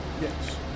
Yes